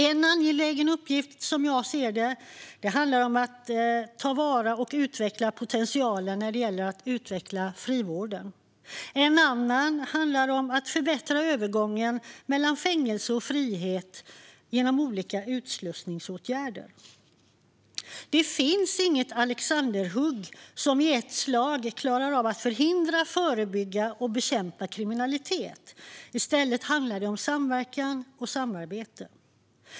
En angelägen uppgift, som jag ser det, är att ta vara på och utveckla potentialen i frivården. En annan är att förbättra övergången mellan fängelse och frihet genom olika utslussningsåtgärder. Det finns inget alexanderhugg som i ett slag klarar av att förhindra, förebygga och bekämpa kriminalitet. I stället handlar det om samverkan och samarbete.